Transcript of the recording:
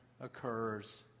occurs